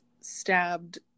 stabbed